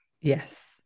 Yes